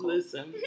Listen